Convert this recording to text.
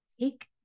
take